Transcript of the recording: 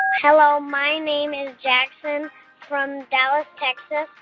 hello. my name is jackson from dallas, texas.